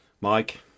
Mike